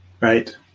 Right